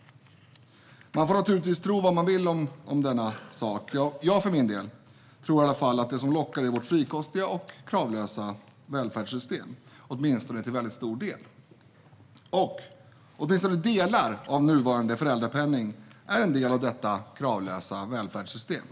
Man får naturligtvis tro vad man vill om den saken. Jag för min del tror att det som lockar är vårt frikostiga och kravlösa välfärdssystem, åtminstone till väldigt stor del. Och åtminstone delar av den nuvarande föräldrapenningen är en del av detta kravlösa välfärdssystem.